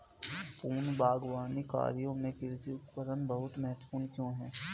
पूर्व बागवानी कार्यों में कृषि उपकरण बहुत महत्वपूर्ण क्यों है?